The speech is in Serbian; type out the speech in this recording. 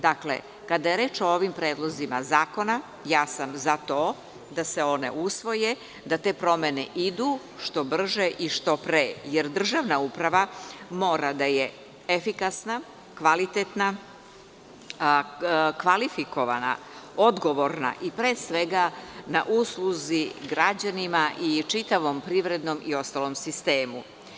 Dakle, kada je reč o ovim predlozima zakona, ja sam za to da se oni usvoje, da te promene idu što brže i što pre, jer državna uprava mora da je efikasna, kvalitetna, kvalifikovana, odgovorna i, pre svega, na usluzi građanima i čitavom privrednom i ostalom sistemu.